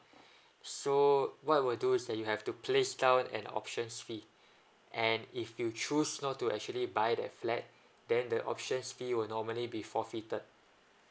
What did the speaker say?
so what will do is that you have to place down an option fee and if you choose not to actually buy that flat then the option fee will normally be forfeited